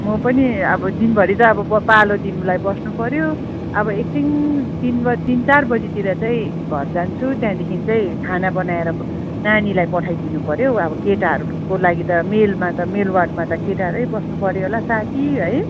म पनि अब दिनभरि त अब ब पालो दिनुलाई बस्नु पर्यो अब एकछिन तिन ब तिन चार बजीतिर चाहिँ घर जान्छु त्यहाँदेखिन् चाहिँ खाना बनाएर नानीलाई पठाइदिनु पर्यो हौ अब केटाहरूको लागि मेलमा त मेल वार्डमा त केटाहरू नै बस्नु पर्यो होला साथी है